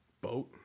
boat